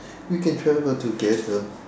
we can travel together